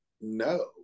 no